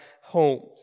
homes